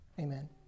Amen